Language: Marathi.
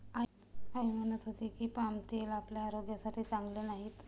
आई म्हणत होती की, पाम तेल आपल्या आरोग्यासाठी चांगले नाही